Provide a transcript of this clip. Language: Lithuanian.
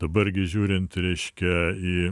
dabar gi žiūrint reiškia į